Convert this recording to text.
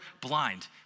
blind